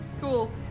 Cool